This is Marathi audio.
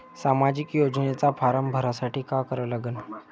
सामाजिक योजनेचा फारम भरासाठी का करा लागन?